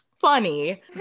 funny